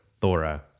Thora